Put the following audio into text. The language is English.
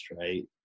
right